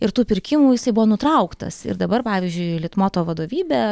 ir tų pirkimų jisai buvo nutrauktas ir dabar pavyzdžiui litmoto vadovybė